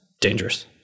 dangerous